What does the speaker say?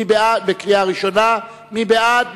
מי בעד?